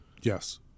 Yes